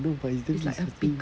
I know but it's damn disgusting